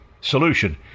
Solution